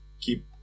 keep